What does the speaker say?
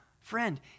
friend